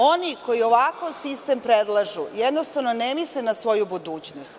Oni koji ovakav sistem predlažu jednostavno ne misle na svoju budućnost.